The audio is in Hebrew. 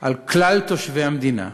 על כלל תושבי המדינה,